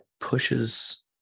pushes